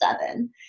seven